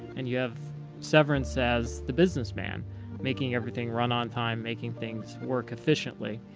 and you have severance as the businessman making everything run on time, making things work efficiently.